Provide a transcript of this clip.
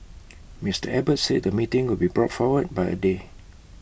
Mister Abbott said the meeting would be brought forward by A day